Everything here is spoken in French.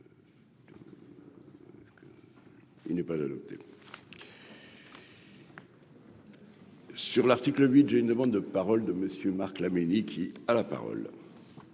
Il n'est pas l'adopter. Sur l'article 8, j'ai une demande de parole de monsieur Marc Laménie, qui a la parole.